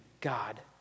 God